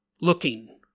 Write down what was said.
looking